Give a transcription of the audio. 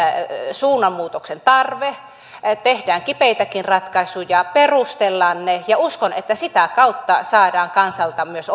suunnanmuutoksen tarve tehdään kipeitäkin ratkaisuja perustellaan ne ja uskon että sitä kautta saadaan kansalta myös